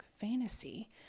fantasy